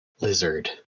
lizard